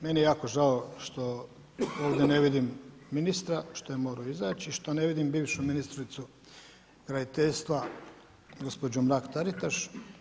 Meni je jako žao što ovdje ne vidim ministra, što je morao izaći i što ne vidim ministricu graditeljstva, gospođu Mrak-Taritaš.